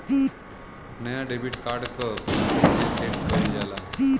नया debit card क PIN कईसे सेट कईल जाला?